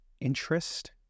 interest